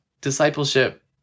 discipleship